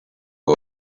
boy